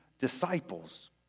disciples